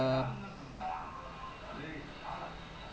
time for the counter tackle oh I want first call lah please